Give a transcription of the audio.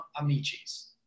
Amici's